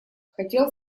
хотел